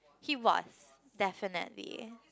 he was definitely